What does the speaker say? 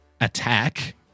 attack